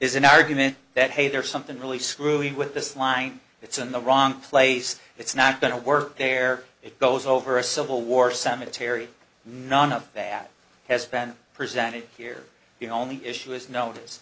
arguments here is an argument that hey there's something really screwing with this line it's in the wrong place it's not going to work there it goes over a civil war cemetery none of that has been presented here the only issue is notice